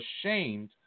ashamed